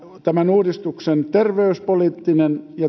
tämän uudistuksen terveyspoliittinen ja